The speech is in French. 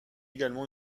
également